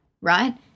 right